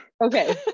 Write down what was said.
okay